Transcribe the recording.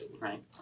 right